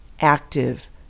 active